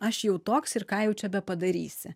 aš jau toks ir ką jau čia bepadarysi